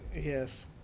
Yes